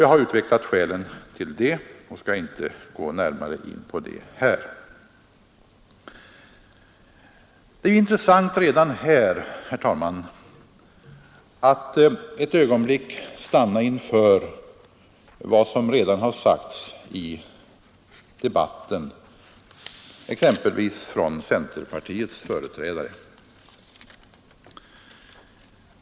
Jag har utvecklat skälen till det och skall inte gå närmare in på dem här. Det är intressant redan här, herr talman, att ett ögonblick stanna inför vad som sagts i debatten, exempelvis av centerpartiets företrädare.